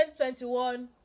2021